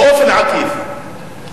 באופן עקיף.